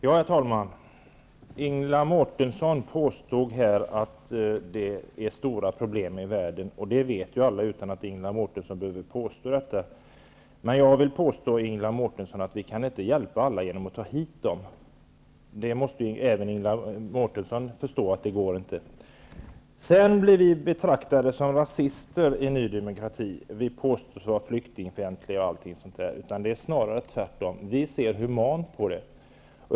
Herr talman! Ingela Mårtensson påstod att det är stora problem i världen. Det vet alla utan att Ingela Mårtensson behöver påstå detta. Men jag vill påstå, Ingela Mårtensson, att vi inte kan hjälpa alla genom att ta hit dem. Även Ingela Mårtensson måste förstå att det inte går. Vi blir betraktade som rasister i Ny demokrati. Vi påstås vara flyktingfientliga och allt sådant. Det är snarare tvärtom. Vi ser humant på problemet.